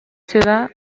ciudad